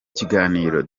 kiganiro